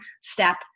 step